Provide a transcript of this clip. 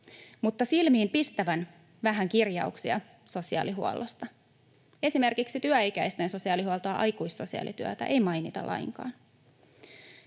mutta silmiinpistävän vähän kirjauksia sosiaalihuollosta. Esimerkiksi työikäisten sosiaalihuoltoa ja aikuissosiaalityötä ei mainita lainkaan.